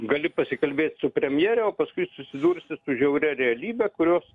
gali pasikalbėt su premjere o paskui susidursi su žiauria realybe kurios